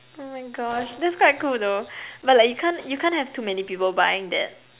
oh my gosh that's quite cool though but like you can't you can't have too many people buying that